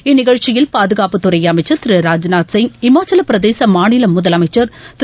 இந்நிகழ்ச்சியில் பாதுகாப்பு துறை அமைச்சள் திரு ராஜ்நாத் சிங் இமாச்சலப் பிரதேச மாநில முதலமைச்சள் திரு